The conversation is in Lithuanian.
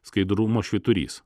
skaidrumo švyturys